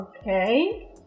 okay